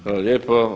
Hvala lijepo.